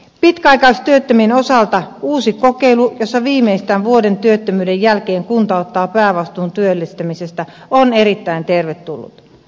pitkäaikaistyöttömien osalta uusi kokeilu jossa viimeistään vuoden työttömyyden jälkeen kunta ottaa päävastuun työllistämisestä on erittäin tervetullut